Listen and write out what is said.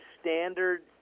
standard